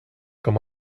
com